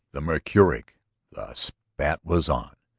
the mercuric. the spat was on.